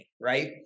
right